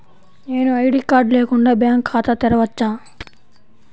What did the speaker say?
నేను ID card లేకుండా bank ఖాతా తెరవచ్చా?